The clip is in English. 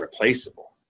replaceable